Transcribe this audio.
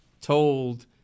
told